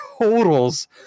totals